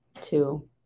two